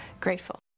grateful